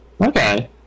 Okay